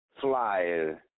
flyer